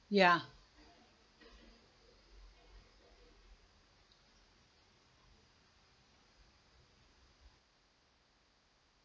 ya